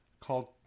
called